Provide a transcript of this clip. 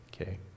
Okay